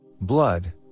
Blood